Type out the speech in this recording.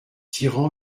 tirant